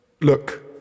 Look